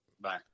Bye